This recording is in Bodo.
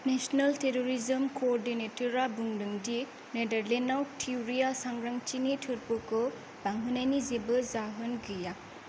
नेशनेल टेर'रिज्म क'अर्डिनेटर आ बुंदों दि नेडारलेन्डआव थिउरिया सांग्रांथिनि थोरफोखौ बांहोनायनि जेबो जाहोन गैया